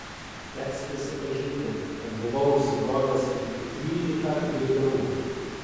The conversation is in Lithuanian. teks prisipažinti kad buvau įsibrovęs į trylika gaigalų